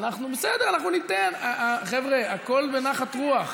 בסדר, אנחנו ניתן, הכול בנחת רוח.